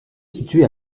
située